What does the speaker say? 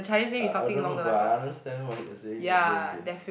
I I don't know but I understand what you're saying okay okay